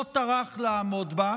לא טרח לעמוד בה,